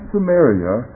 Samaria